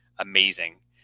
amazing